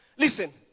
Listen